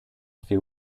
few